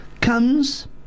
Comes